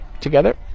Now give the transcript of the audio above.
together